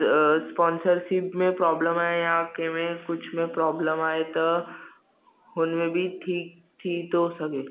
स स्पोंसरशीप में प्रोब्लम आहे या कंहिं में कुझु में प्रोब्लम आहे त हुन में बि ठीकु थी थो सघे